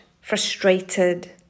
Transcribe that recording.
frustrated